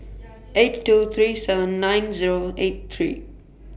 eight two three seven nine Zero eight three